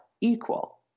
equal